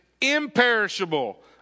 imperishable